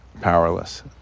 powerless